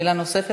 שאלה נוספת.